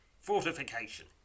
Fortification